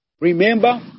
Remember